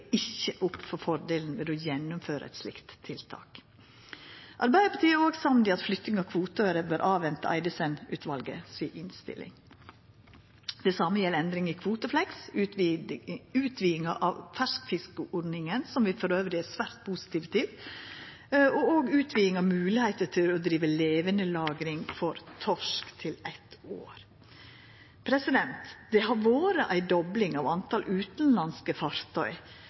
opp for fordelen ved å gjennomføra eit slikt tiltak. Arbeidarpartiet er òg samd i at når det gjeld flytting av kvoteåret, bør ein venta på Eidesen-utvalets innstilling. Det same gjeld endring i kvotefleks, utvidinga av ferskfiskordninga – som vi elles er svært positive til – og òg utviding av levandelagringsordninga for torsk til eitt år. Det har vore ei dobling av talet på utanlandske fartøy